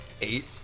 eight